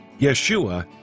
Yeshua